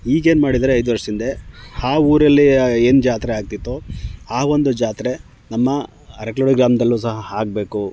ಈಗೇನು ಮಾಡಿದ್ದಾರೆ ಐದು ವರ್ಷದ ಹಿಂದೆ ಆ ಊರಲ್ಲಿ ಏನು ಜಾತ್ರೆ ಆಗ್ತಿತ್ತೋ ಆ ಒಂದು ಜಾತ್ರೆ ನಮ್ಮ ಅರಕಲ್ವಾಡಿ ಗ್ರಾಮದಲ್ಲೂ ಸಹ ಆಗಬೇಕು